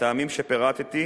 מהטעמים שפירטתי,